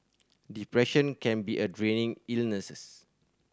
depression can be a draining illness